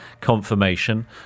confirmation